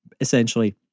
essentially